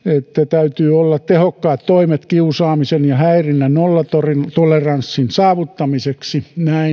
täytyy olla tehokkaat toimet kiusaamisen ja häirinnän nollatoleranssin saavuttamiseksi näin on